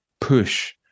push